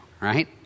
right